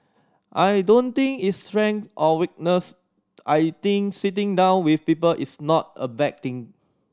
I don't think it's strength or weakness I think sitting down with people is not a bad thing